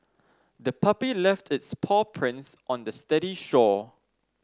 the puppy left its paw prints on the steady shore